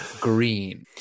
green